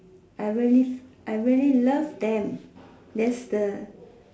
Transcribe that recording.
I really I really love them that's the